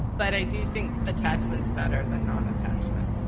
but i do think attachments better than non attachment